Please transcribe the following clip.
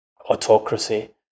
autocracy